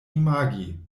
imagi